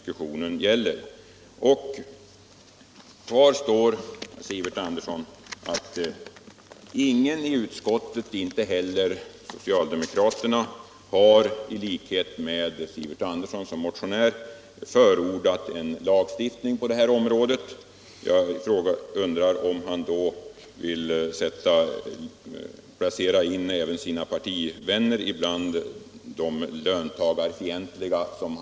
Kvar står, herr Sivert Andersson, att ingen i utskottet, inte heller socialdemokraterna, i likhet med Sivert Andersson som motionär har förordat en lagstiftning på detta område. Jag undrar därför om Sivert Andersson vill karakterisera även sina partivänner som löntagarfientliga.